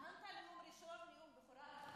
נאמת נאום ראשון, נאום בכורה?